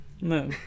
No